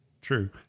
True